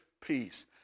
peace